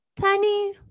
tiny